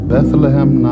Bethlehem